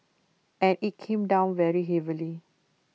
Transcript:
and IT came down very heavily